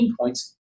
points